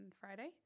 Friday